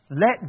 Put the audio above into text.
Let